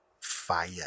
fire